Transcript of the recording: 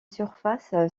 surface